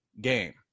game